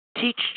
Teach